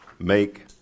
Make